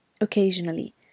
Occasionally